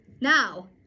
Now